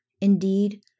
Indeed